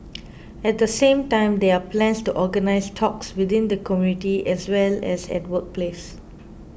at the same time there are plans to organise talks within the community as well as at workplace